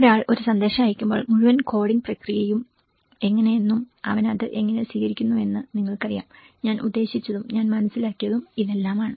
ഒരാൾ ഒരു സന്ദേശം അയയ്ക്കുമ്പോൾ മുഴുവൻ കോഡിംഗ് പ്രക്രിയയും എങ്ങനെ എന്നും അവൻ അത് എങ്ങനെ സ്വീകരിക്കുന്നുവെന്ന് നിങ്ങൾക്കറിയാം ഞാൻ ഉദ്ദേശിച്ചതും ഞാൻ മനസ്സിലാക്കിയതും ഇതെല്ലാമാണ്